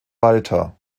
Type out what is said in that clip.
walther